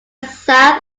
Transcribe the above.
south